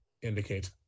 indicate